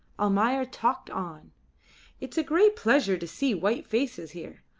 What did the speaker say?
almayer talked on it is a great pleasure to see white faces here.